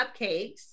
cupcakes